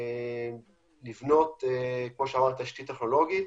ולבנות כמו שאמרתי תשתית טכנולוגית.